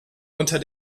unter